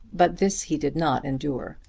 but this he did not endure.